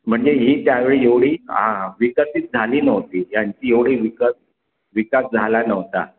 म्हणजे ही त्यावेळी एवढी हां विकसित झाली नव्हती ह्यांची एवढी विकत विकास झाला नव्हता